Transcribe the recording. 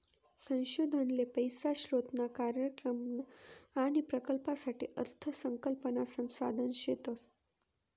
संशोधन ले पैसा स्रोतना कार्यक्रम आणि प्रकल्पसाठे अर्थ संकल्पना संसाधन शेत